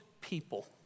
people